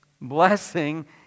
Blessing